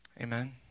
Amen